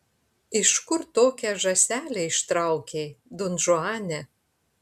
iš kur tokią žąselę ištraukei donžuane